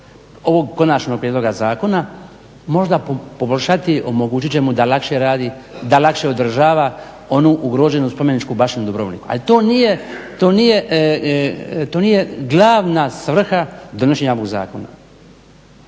ovog Konačnog prijedloga zakona možda poboljšati, omogućiti će mu da lakše radi, da lakše održava onu ugroženu spomeničku baštinu Dubrovnika. Ali to nije, to nije glavna svrha donošenja ovoga Zakona.